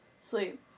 Sleep